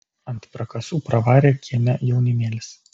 ant prakasų pravarė kieme jaunimėlis